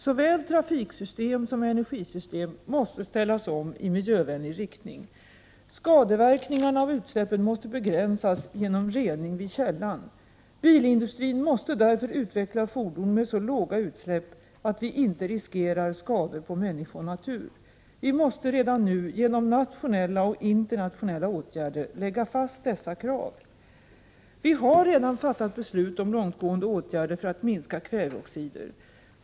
Såväl trafiksystem som energisystem måste ställas om i miljövänlig riktning. Skadeverkningarna av utsläppen måste begränsas genom rening redan vid källan. Bilindustrin måste därför utveckla fordon med så låga utsläpp att vi inte riskerar skador på människa och natur. Vi måste redan nu genom nationella och internationella åtgärder lägga fast dessa krav. Vi har redan fattat beslut om långtgående åtgärder för att minska utsläppen av kväveoxider.